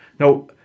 Now